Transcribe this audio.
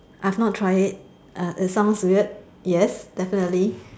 I've not tried it uh it sounds weird yes definitely